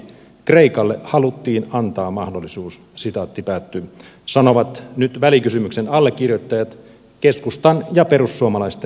kreikalle haluttiin antaa mahdollisuus sanovat nyt välikysymyksen allekirjoittajat keskustan ja perussuomalaisten kansanedustajat